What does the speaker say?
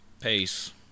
Peace